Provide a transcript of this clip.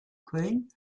köln